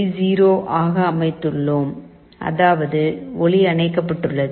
0 ஆக அமைத்துள்ளோம் அதாவது ஒளி அணைக்கப்பட்டுள்ளது